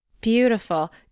Beautiful